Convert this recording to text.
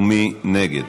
מי נגד?